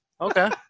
Okay